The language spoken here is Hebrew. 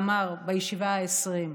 ואמר בישיבה העשרים: